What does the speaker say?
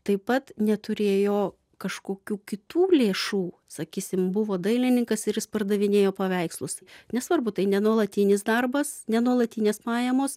taip pat neturėjo kažkokių kitų lėšų sakysim buvo dailininkas ir jis pardavinėjo paveikslus nesvarbu tai nenuolatinis darbas nenuolatinės pajamos